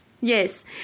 yes